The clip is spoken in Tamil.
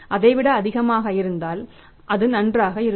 அதை விட அதிகமாக இருந்தால் அது நன்றாக இருக்கும்